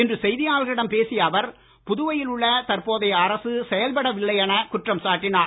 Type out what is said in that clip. இன்று செய்தியாளர்களிடம் பேசிய அவர் புதுவையில் உள்ள தற்போதை அரசு செயல்படவில்லை எனக் குற்றம் சாட்டினார்